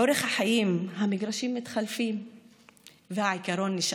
לאורך החיים המגרשים מתחלפים והעיקרון נשאר: